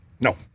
No